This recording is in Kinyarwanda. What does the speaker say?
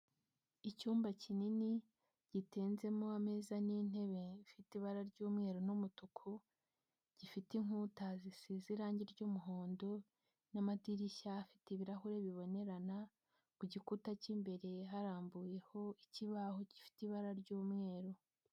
Icyumba kinini gitenzemo ameza n'intebe ifite ibara ry'umweru n'umutuku, gifite inkuta zisize irangi ry'umuhondo n'amadirishya afite ibirahure bibonerana, ku gikuta cy'imbere harambuweho ikibaho gifite ibara ry'umweru.